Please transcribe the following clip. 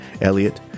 Elliot